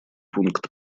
пункт